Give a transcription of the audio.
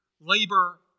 Labor